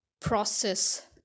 process